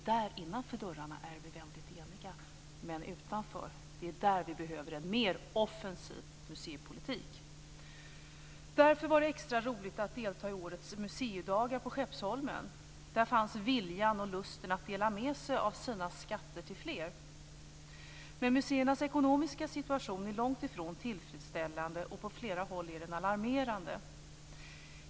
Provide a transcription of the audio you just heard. Innanför dörrarna är vi väldigt eniga, men utanför behöver vi en mer offensiv museipolitik. Därför var det extra roligt att delta i årets museidagar på Skeppsholmen. Där fanns viljan och lusten att dela med sig av sina skatter till fler. Men museernas ekonomiska situation är långtifrån tillfredsställande, och på flera håll är den alarmerande.